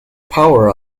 power